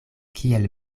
kiel